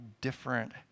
different